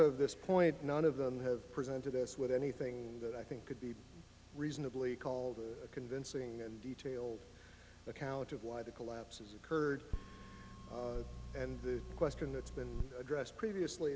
of this point none of them have presented us with anything that i think could be reasonably called a convincing detail account of why the collapses occurred and the question that's been addressed previously